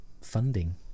funding